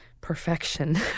perfection